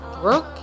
brooke